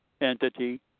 entity